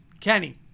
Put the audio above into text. Kenny